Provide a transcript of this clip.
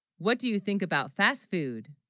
what do you think about fast food